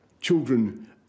children